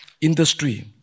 industry